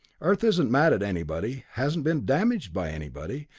earth isn't mad at anybody, hasn't been damaged by anybody,